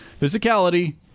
physicality